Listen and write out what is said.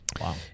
Wow